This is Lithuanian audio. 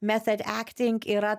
method acting yra